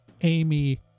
amy